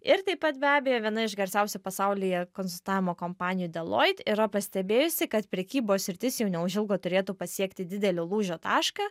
ir taip pat be abejo viena iš garsiausių pasaulyje konsultavimo kompanijų deloit yra pastebėjusi kad prekybos sritis jau neužilgo turėtų pasiekti didelį lūžio tašką